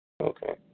Okay